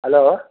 hello